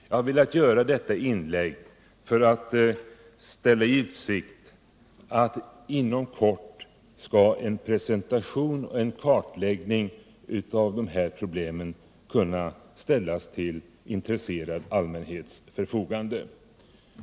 Jag har med detta inlägg velat ställa i utsikt att en presentation och en kartläggning av de här problemen inom kort kommer att ställas till en intresserad allmänhets förfogande.